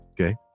Okay